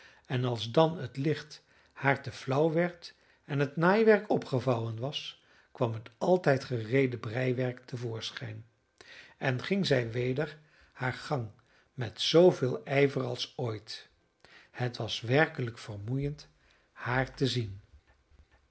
en als dan het licht haar te flauw werd en het naaiwerk opgevouwen was kwam het altijd gereede breiwerk te voorschijn en ging zij weder haar gang met zooveel ijver als ooit het was werkelijk vermoeiend haar te zien